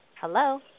Hello